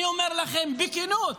אני אומר לכם בכנות,